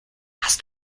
hast